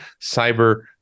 cyber